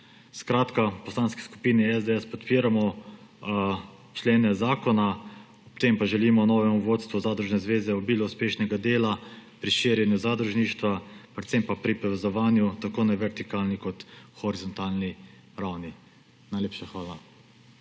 območju. V Poslanski skupini SDS podpiramo člene zakona. Ob tem pa želimo novemu vodstvu Zadružne zveze obilo uspešnega dela pri širjenju zadružništva, predvsem pa pri povezovanju tako na vertikalni kot horizontalni ravni. Najlepša hvala.